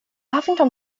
huffington